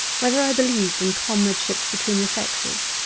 whether i believed in comradeship between the sexes,